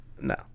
No